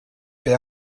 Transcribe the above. beth